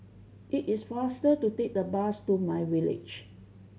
it is faster to take the bus to myVillage